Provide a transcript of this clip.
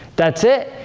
that's it.